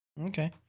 Okay